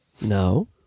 No